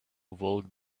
walk